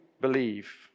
believe